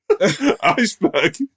iceberg